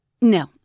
No